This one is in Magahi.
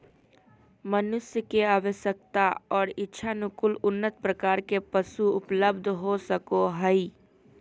मनुष्य के आवश्यकता और इच्छानुकूल उन्नत प्रकार के पशु उपलब्ध हो सको हइ